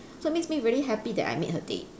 so it makes me really happy that I made her day